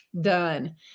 done